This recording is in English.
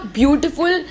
beautiful